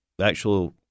actual